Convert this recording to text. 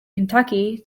kentucky